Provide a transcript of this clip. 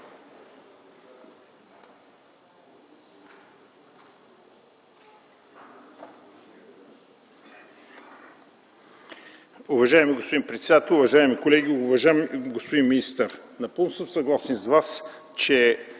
Уважаеми господин председател, уважаеми колеги, уважаеми господин министър, напълно съм съгласен с Вас, че